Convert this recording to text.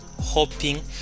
hoping